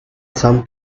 some